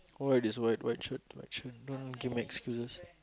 why this white white shirt white shirt no don't give me excuses